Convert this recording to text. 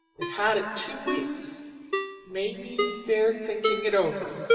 they've had it two weeks maybe they're thinking it over.